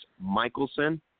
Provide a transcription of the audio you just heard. Michelson